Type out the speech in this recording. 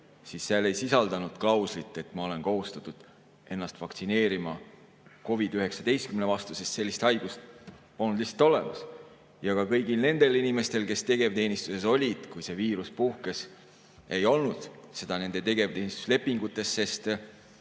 siis seal ei sisaldunud klauslit, et ma olen kohustatud ennast vaktsineerima COVID‑19 vastu, sest sellist haigust polnud lihtsalt olemas. Ja kõigil nendel inimestel, kes tegevteenistuses olid, kui see viirus puhkes, ei olnud seda nende tegevteenistuslepingutes, sest